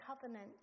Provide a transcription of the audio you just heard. covenant